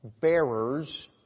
bearers